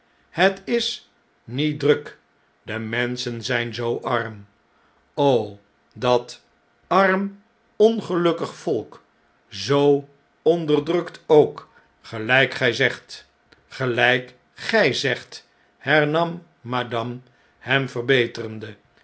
het is niet druk de menschen zjjn zoo arm dat arm ongelukkig volk zoo onderdrukt ook gelijk gn zegt gelijk gij zegt hernam madame hem verbeterende